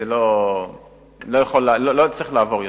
לא צריך לעבור יותר.